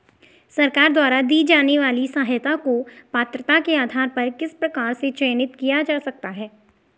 सरकार द्वारा दी जाने वाली सहायता को पात्रता के आधार पर किस प्रकार से चयनित किया जा सकता है?